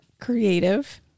Creative